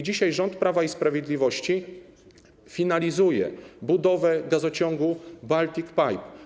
Dzisiaj rząd Prawa i Sprawiedliwości finalizuje budowę gazociągu Baltic Pipe.